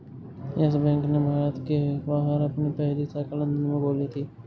yes bank ने भारत के बाहर अपनी पहली शाखा लंदन में खोली थी